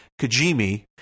Kajimi